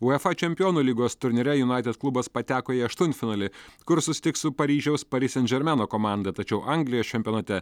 uefa čempionų lygos turnyre junaitid klubas pateko į aštuntfinalį kur susitiks su paryžiaus pari sen žermeno komanda tačiau anglijos čempionate